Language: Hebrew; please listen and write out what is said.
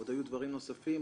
עוד היו דברים נוספים.